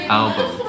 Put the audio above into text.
album